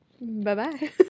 Bye-bye